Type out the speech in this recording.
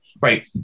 Right